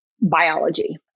biology